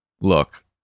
look